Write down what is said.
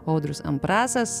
audrius ambrasas